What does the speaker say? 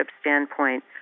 standpoint